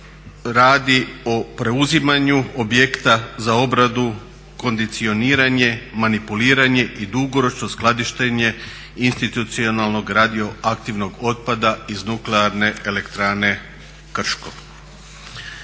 radi o preuzimanju objekta za obradu, kondicioniranje, manipuliranje i dugoročno skladištenje institucionalnog radioaktivnog otpada iz nuklearne elektrane Krško.